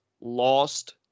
lost